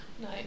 No